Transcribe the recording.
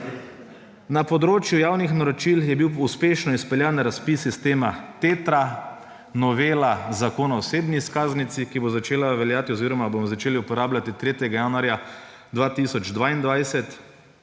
Na področju javnih naročil je bil uspešno izpeljan razpis sistema Tetra. Novela Zakona o osebni izkaznici, ki bo začela veljati oziroma jo bomo začeli uporabljati 3. januarja 2022,